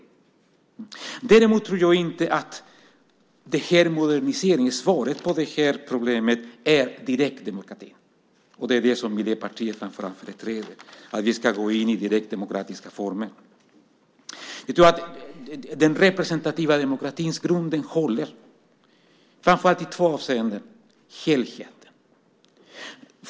Däremot tror jag inte att svaret på problemet är direktdemokrati. Framför allt Miljöpartiet företräder ståndpunkten att vi ska gå in i direktdemokratiska former. Jag tror att den representativa demokratins grund håller, speciellt med tanke på helheten.